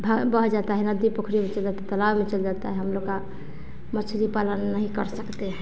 भा बह जाता है नदी पोखरी तालाब में चल जाता है हम लोग का मछ्ली पालन नहीं कर सकते हैं